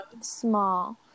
small